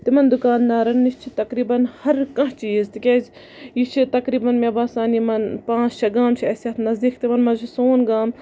تِمَن دُکان دارَن نِش چھُ تَقریٖبَن ہَر کانہہ چیٖز تِکیازِ یہِ چھُ تَقریٖبَن مےٚ باسان یِمَن پانٛژھ شیٚے گام چھِ اَسہِ یَتھ نزدیٖک تِمَن منٛز چھُ سون گام